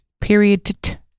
Period